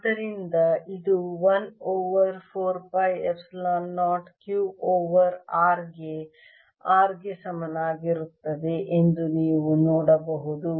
ಆದ್ದರಿಂದ ಇದು 1 over 4 pi epsilon 0 Q over R ಗೆ r ಗೆ ಸಮನಾಗಿರುತ್ತದೆ ಎಂದು ನೀವು ನೋಡಬಹುದು